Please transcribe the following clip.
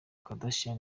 kardashian